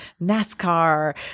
NASCAR